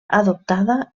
adoptada